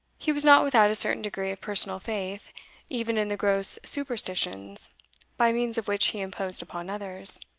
he was not without a certain degree of personal faith even in the gross superstitions by means of which he imposed upon others.